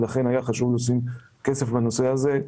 לכן היה חשוב לשים כסף בנושא הזה.